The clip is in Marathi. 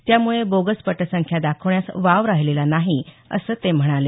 त्यामुळे बोगस पटसंख्या दाखवण्यास वाव राहिलेला नाही असं ते म्हणाले